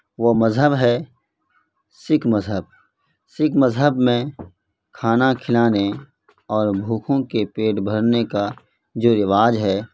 وہ مذہب ہے سکھ مذہب سکھ مذہب میں کھانا کھلانے اور بھوکوں کے پیٹ بھرنے کا جو رواج ہے